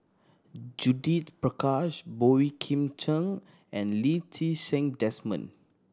Judith Prakash Boey Kim Cheng and Lee Ti Seng Desmond